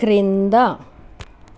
క్రింద